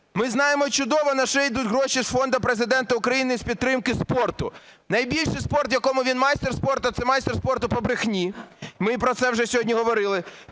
ми знаємо чудово, на що йдуть гроші з Фонду Президента України з підтримки спорту. Найбільший спорт, в якому він майстер спорту – це майстер спорту по брехні, ми про це вже говорили.